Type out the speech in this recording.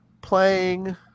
playing